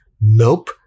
Nope